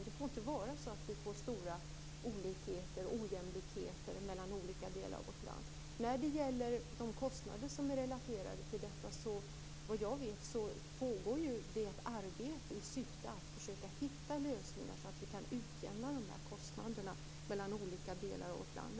Det får inte vara stora olikheter och ojämlikheter mellan olika delar av vårt land. När det gäller de kostnader som är relaterade till detta vill jag säga att det såvitt jag vet pågår ett arbete i syfte att försöka hitta lösningar så att vi kan utjämna kostnaderna mellan olika delar av vårt land.